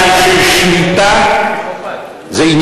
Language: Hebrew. אין